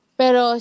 pero